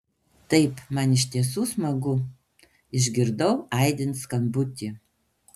taip man iš tiesų smagu išgirdau aidint skambutį